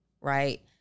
Right